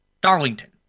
Darlington